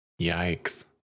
Yikes